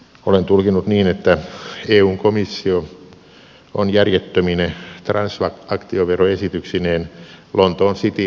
olen tulkinnut niin että eun komissio on järjettömine transaktioveroesityksineen lontoon cityn asiamiehenä